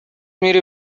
میری